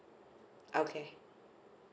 okay